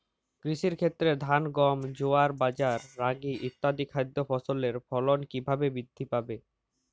কৃষির ক্ষেত্রে ধান গম জোয়ার বাজরা রাগি ইত্যাদি খাদ্য ফসলের ফলন কীভাবে বৃদ্ধি পাবে?